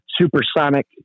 supersonic